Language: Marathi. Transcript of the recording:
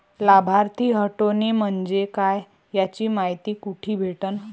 लाभार्थी हटोने म्हंजे काय याची मायती कुठी भेटन?